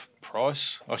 Price